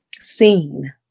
seen